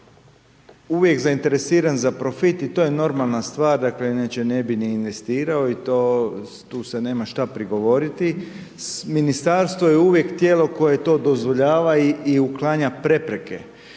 uvijek zainteresiran za profit i to je normalna stvar dakle inače ne bi ni investirao i tu se nema šta prigovoriti. Ministarstvo je uvijek tijelo koje to dozvoljava i uklanja prepreke